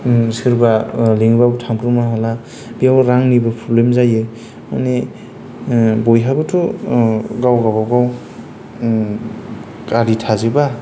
सोरबा लिंब्लाबो थांब्रबनो हाला बेयाव रांनिबो प्रब्लेम जायो मानि बयहाबोथ' गाव गाबागाव गारि थाजोबा